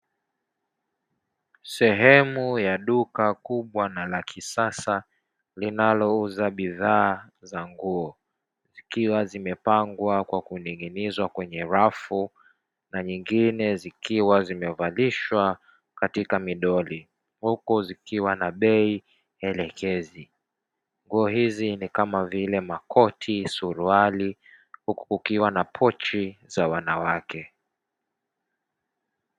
Sehemu ya duka kubwa na la kisasa linalouza bidhaa za nguo zikiwa zimepangwa kwa kundilizwa kwenye rafu na nyingine zikiwa zimevalishwa katika midoli huku zikiwa na bei elekezi, nguo hizi ni kama vile makoti, suruali, huku kukiwa na pochi za wanawake.